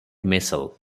missile